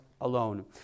alone